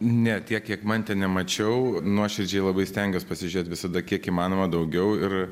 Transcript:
ne tiek kiek mantė nemačiau nuoširdžiai labai stengiuos pasižiūrėt visada kiek įmanoma daugiau ir